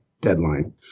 deadline